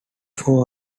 four